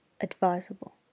advisable